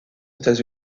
états